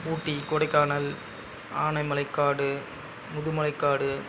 ஊட்டி கொடைக்கானல் ஆனைமலை காடு முதுமலை காடு